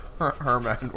Herman